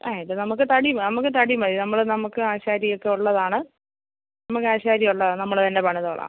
ആ ഇത് നമുക്ക് തടി മാ നമുക്ക് തടി മതി നമ്മൾ നമുക്ക് ആശാരി ഒക്കെ ഉള്ളതാണ് നമുക്ക് ആശാരി ഉള്ളതാണ് നമ്മൾ തന്നെ പണിതോളാം